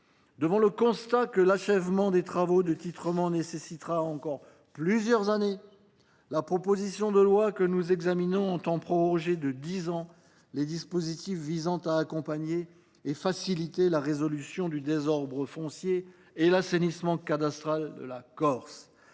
Devant le constat que l’achèvement des travaux de titrement nécessitera encore plusieurs années, la présente proposition de loi tend à proroger de dix ans les dispositifs visant à accompagner et à faciliter la résolution du désordre foncier et l’assainissement cadastral de la Corse.